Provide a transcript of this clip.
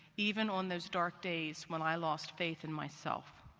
even on those dark days when i lost faith in myself.